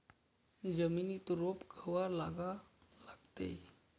जमिनीत रोप कवा लागा लागते?